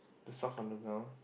the stuff on the ground